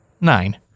nine